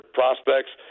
prospects